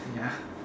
ya